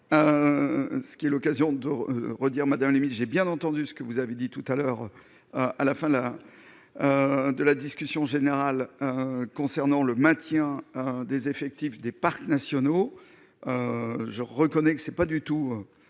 ce qui est l'occasion de redire Madame limite j'ai bien entendu ce que vous avez dit tout à l'heure à la fin de la de la discussion générale concernant le maintien des effectifs des parcs nationaux, je reconnais que ce n'est pas du tout